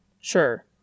Sure